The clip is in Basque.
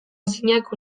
ezinak